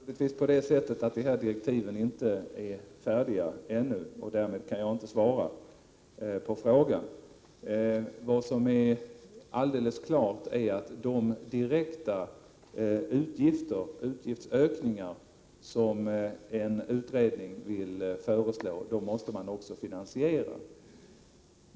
Herr talman! Som jag sade är direktiven ännu inte färdigskrivna, och därför kan jag inte svara på denna fråga. Vad som är alldeles klart är att de direkta utgiftsökningar som en utredning föreslår måste åtföljas av finansieringsförslag.